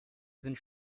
sind